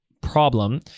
problem